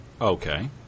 Okay